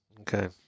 okay